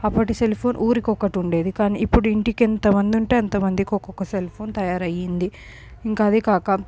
అప్పటి cell phone ఊరికొకటుండేది కానీ ఇప్పుడు ఇంటికి ఎంతమందుంటే అంత మందికి ఒక్కొక్క సెల్ ఫోన్ తయారయ్యింది ఇంకా అదేకాక